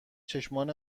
چشمان